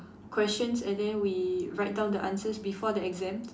questions and then we write down the answers before the exam